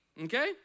okay